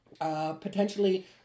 Potentially